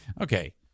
Okay